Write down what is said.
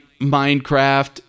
Minecraft